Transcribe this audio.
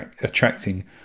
attracting